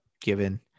given